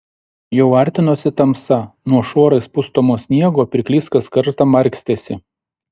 jau artinosi tamsa nuo šuorais pustomo sniego pirklys kas kartą markstėsi